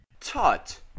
Tut